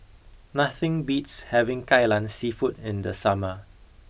nothing beats having kai lan seafood in the summer